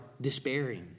despairing